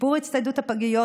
שיפור הצטיידות הפגיות,